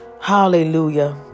Hallelujah